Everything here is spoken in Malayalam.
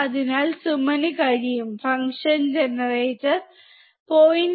അതിനാൽ സുമന് കഴിയും ഫംഗ്ഷൻ ജനറേറ്ററിൽ 0